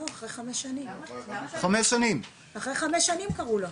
לא, אחרי חמש שנים קראו לו.